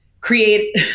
create